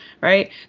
right